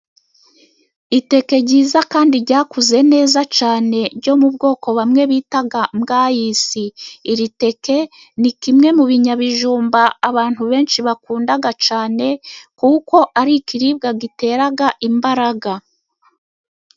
Iteke ryiza kandi ryakuze neza cyane ryo mu bwoko bamwe bita bwayisi. Iri teke ni kimwe mu binyabijumba abantu benshi bakunda cyane, kuko ari ikiribwa gitera imbaraga.